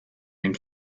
den